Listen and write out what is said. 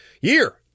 year